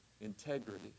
integrity